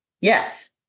Yes